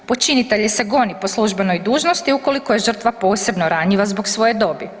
Počinitelja se goni po službenoj dužnosti ukoliko je žrtva posebno ranjiva zbog svoje dobi.